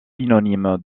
synonyme